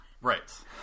Right